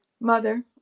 mother